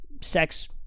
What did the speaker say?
sex